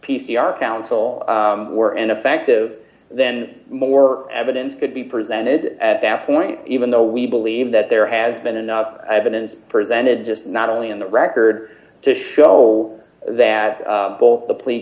p c r council were ineffective then more evidence could be presented at that point even though we believe that there has been enough evidence presented just not only in the record to show that both the pl